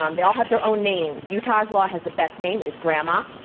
um they all have their own names. utah's law has the best name, it is grama,